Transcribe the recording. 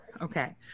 okay